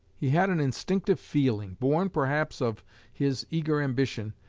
he had an instinctive feeling, born perhaps of his eager ambition,